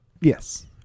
Yes